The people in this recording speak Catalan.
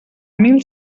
mil